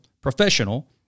professional